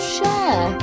Share